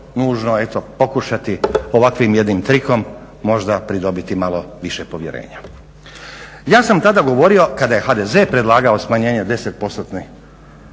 govorio, kada je HDZ predlagao smanjenje 10%